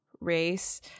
race